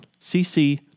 CC